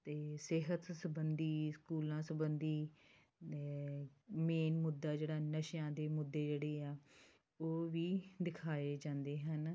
ਅਤੇ ਸਿਹਤ ਸਬੰਧੀ ਸਕੂਲਾਂ ਸਬੰਧੀ ਦ ਮੇਨ ਮੁੱਦਾ ਜਿਹੜਾ ਨਸ਼ਿਆਂ ਦੇ ਮੁੱਦੇ ਜਿਹੜੇ ਆ ਉਹ ਵੀ ਦਿਖਾਏ ਜਾਂਦੇ ਹਨ